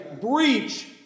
breach